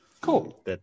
Cool